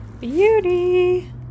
beauty